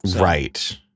Right